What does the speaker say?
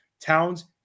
Towns